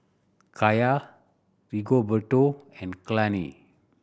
Kaya Rigoberto and Kalene